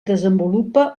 desenvolupa